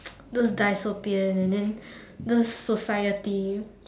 those dystopian and then those society